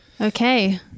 Okay